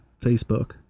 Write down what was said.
Facebook